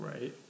Right